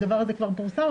הדבר הזה כבר פורסם.